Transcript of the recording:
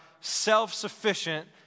self-sufficient